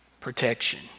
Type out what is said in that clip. protection